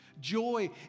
Joy